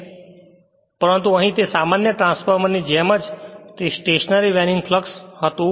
તેથી પરંતુ અહીં તે એક સામાન્ય ટ્રાન્સફોર્મરની જેમ સ્ટેશનરી વેરિંગ ફ્લક્ષ હતું